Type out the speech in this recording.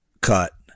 cut